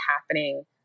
happening